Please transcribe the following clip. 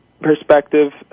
perspective